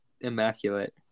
immaculate